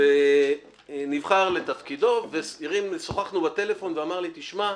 הוא נבחר לתפקידו ושוחחנו בטלפון והוא אמר לי: תשמע,